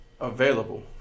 available